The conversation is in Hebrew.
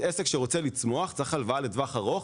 עסק שרוצה לצמוח צריך הלוואה לטווח ארוך,